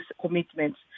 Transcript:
commitments